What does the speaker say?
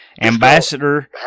Ambassador